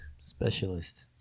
Specialist